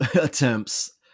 attempts